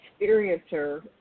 experiencer